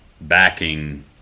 backing